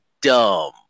dumb